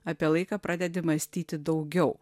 apie laiką pradedi mąstyti daugiau